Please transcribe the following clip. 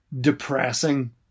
depressing